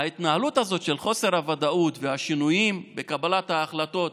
ההתנהלות הזאת של חוסר הוודאות והשינויים בקבלת ההחלטות